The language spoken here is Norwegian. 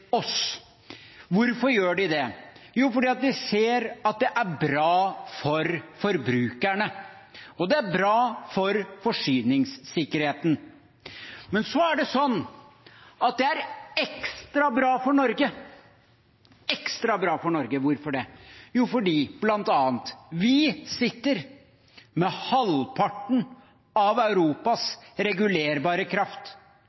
oss. Hvorfor gjør de det? Jo, fordi de ser at det er bra for forbrukerne, og det er bra for forsyningssikkerheten. Men så er det ekstra bra for Norge – ekstra bra for Norge. Hvorfor det? Jo, bl.a. fordi vi sitter med halvparten av Europas regulerbare kraft